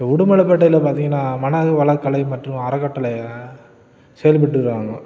உடுமலைபேட்டையில் பார்த்தீங்கன்னா மனவளக்கலை மற்றும் அறக்கட்டளையை செயல்பட்டுருக்கிறாங்க